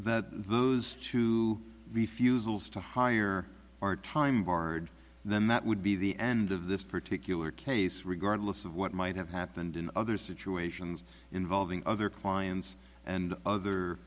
that those two refusals to hire are time barred then that would be the end of this particular case regardless of what might have happened in other situations involving other clients and other